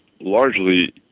largely